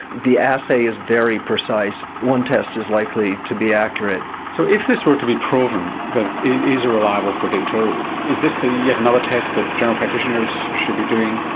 the assay is very precise, one test is likely to be accurate. so if this were to be proven that it is a reliable predictor is this yet another test that general practitioners should be doing?